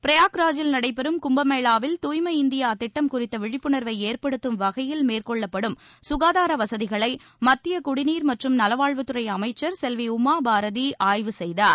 பிரயாக்ராஜில் நடைபெறும் கும்பமேளாவில் தூய்மை இந்தியா திட்டம் குறித்த விழிப்புணர்வை ஏற்படுத்தும் வகையில் மேற்கொள்ளப்படும் ககாதார வசதிகளை மத்திய குடிநீர் மற்றம் நலவாழ்வத்துறை அமைச்சர் செல்வி உமாபாரதி ஆய்வு மேற்கொண்டார்